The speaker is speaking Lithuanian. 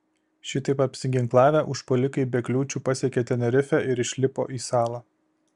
šitaip apsiginklavę užpuolikai be kliūčių pasiekė tenerifę ir išlipo į salą